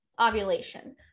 ovulation